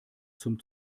zum